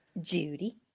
judy